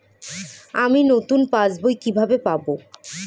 আমি নতুন passbook কিভাবে পাব?